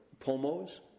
Pomos